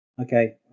Okay